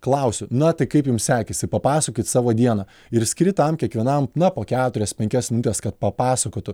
klausiu na tai kaip jums sekėsi papasakokit savo dieną ir skiri tam kiekvienam na po keturias penkias minutes kad papasakotų